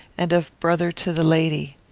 and of brother to the lady.